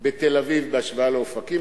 בתל-אביב בהשוואה לאופקים?